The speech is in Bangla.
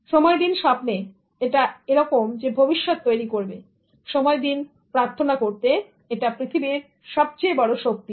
সময় দিন স্বপ্নে এটা এরকম যে ভবিষ্যৎ তৈরি করবে সময় দিন প্রার্থনা করতে এটা পৃথিবীর সবচেয়ে বড় শক্তি